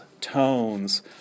tones